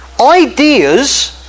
Ideas